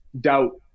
doubt